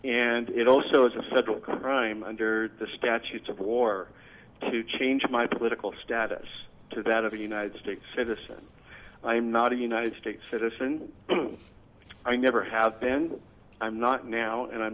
and it also is a federal crime under the statutes of war to change my political status to that of a united states citizen i'm not a united states citizen i never have been i'm not now and i'm